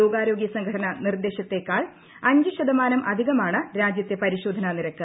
ലോകാരോഗ്യസംഘടന നിർദ്ദേശത്തെക്കാൾ അഞ്ച് ശതമാനം അധികമാണ് രാജ്യത്തെ പരിശോധനാ നിരക്ക്